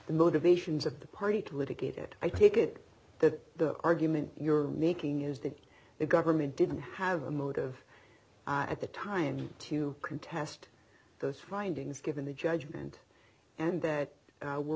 the motivations of the party to litigate it i take it that the argument you're making is that the government didn't have a motive at the time to contest those findings given the judgment and that